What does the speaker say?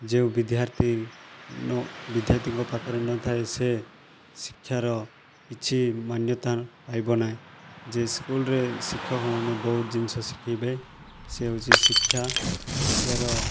ଯେଉଁ ବିଦ୍ୟାର୍ଥୀ ନ ବିଦ୍ୟାର୍ଥୀଙ୍କ ପାଖରେ ନଥାଏ ସେ ଶିକ୍ଷାର କିଛି ମାନ୍ୟତା ପାଇବ ନାହିଁ ଯେଉଁ ସ୍କୁଲ୍ରେ ଶିକ୍ଷକମାନେ ବହୁତ ଜିନଷ ଶିଖାଇବେ ସେ ହେଉଛି ଶିକ୍ଷା ଶିକ୍ଷାର